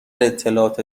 اطلاعات